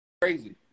crazy